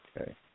Okay